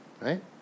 right